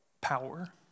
power